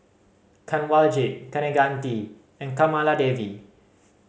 Kanwaljit Kaneganti and Kamaladevi